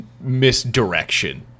misdirection